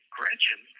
Gretchen